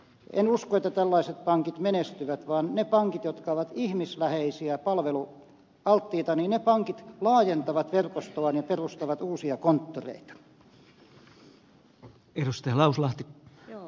en usko että tällaiset pankit menestyvät vaan ne pankit jotka ovat ihmisläheisiä palvelualttiita ne pankit laajentavat verkostoaan ja perustavat uusia konttoreita